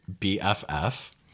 BFF